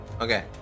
Okay